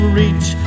reach